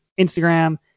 Instagram